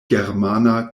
germana